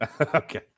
Okay